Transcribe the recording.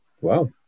Wow